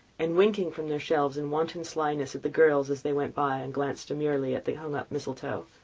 and winking from their shelves in wanton slyness at the girls as they went by, and glanced demurely at the hung-up mistletoe.